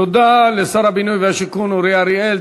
תודה לשר הבינוי והשיכון אורי אריאל.